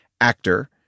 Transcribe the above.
Actor